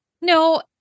No